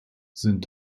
sind